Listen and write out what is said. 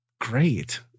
great